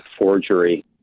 forgery